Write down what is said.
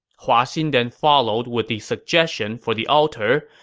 hua xin then followed with the suggestion for the altar,